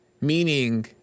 Meaning